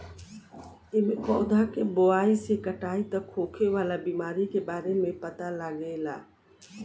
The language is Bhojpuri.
एमे पौधा के बोआई से कटाई तक होखे वाला बीमारी के बारे में पता लागेला